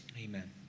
amen